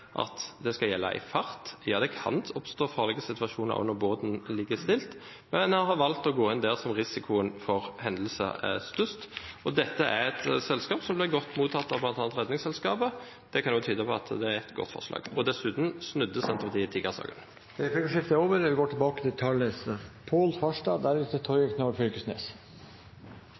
at det skal gjelde i fart. Det kan oppstå farlige situasjoner også når båten ligger stille, men en har valgt å gå inn der som risikoen for hendelser er størst. Dette er et forslag som ble godt mottatt av bl.a. Redningsselskapet. Det kan tyde på at det er et godt forslag. Dessuten snudde Senterpartiet i tiggersaken. Replikkordskiftet er